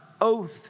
oath